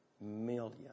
million